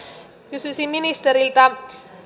kysyisin ministeriltä